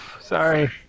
Sorry